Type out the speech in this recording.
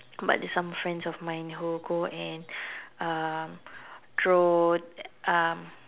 but there's some of friends of mine who go and um throw um